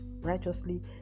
righteously